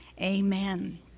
Amen